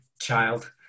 child